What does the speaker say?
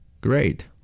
Great